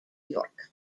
york